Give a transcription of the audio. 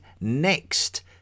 next